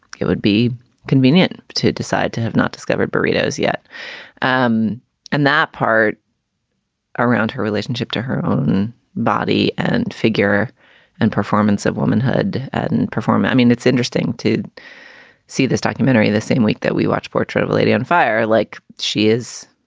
it would be convenient to decide to have not discovered burrito as yet um and that part around her relationship to her own body and figure and performance of womanhood and perform. i mean, it's interesting to see this documentary the same week that we watch portrait of a lady on fire like she is.